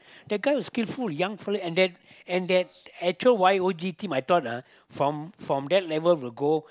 that guy was skilful young fellow and that and that actual Y_O_G team I thought ah from from that level will go